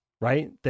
right